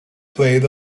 played